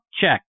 check